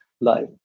life